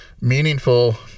meaningful